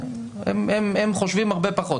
הם חושבים הרבה פחות.